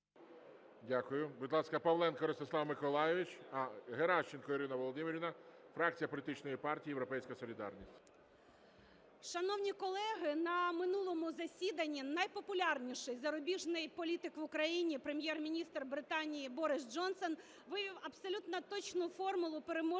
Дякую. Будь ласка, Павленко Ростислав Миколайович. А, Геращенко Ірина Володимирівна, фракція політичної партії "Європейська солідарність". 12:29:23 ГЕРАЩЕНКО І.В. Шановні колеги, на минулому засіданні найпопулярнішій зарубіжний політик в Україні Прем’єр-міністр Британії Борис Джонсон вивів абсолютно точну формулу переможної